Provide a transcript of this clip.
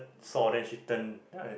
saw then she turn then I